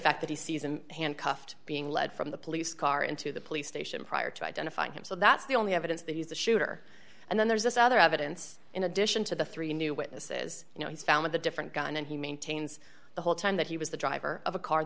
fact that he sees him handcuffed being led from the police car into the police station prior to identifying him so that's the only evidence that he's the shooter and then there's this other evidence in addition to the three new witnesses you know he's found with a different gun and he maintains the whole time that he was the driver of a car